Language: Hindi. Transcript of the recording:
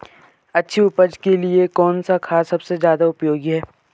अच्छी उपज के लिए कौन सा खाद सबसे ज़्यादा उपयोगी है?